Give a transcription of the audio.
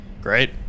Great